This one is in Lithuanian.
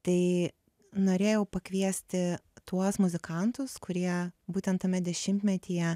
tai norėjau pakviesti tuos muzikantus kurie būtent tame dešimtmetyje